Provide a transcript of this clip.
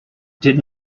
did